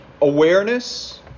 Awareness